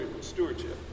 stewardship